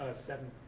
seven.